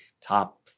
top